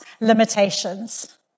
limitations